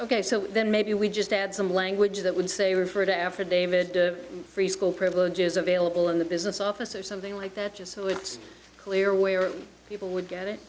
ok so then maybe we just add some language that would say refer to after david preschool privileges available in the business office or something like that just so it's clear where people would get it